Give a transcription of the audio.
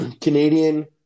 Canadian –